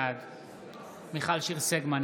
בעד מיכל שיר סגמן,